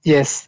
Yes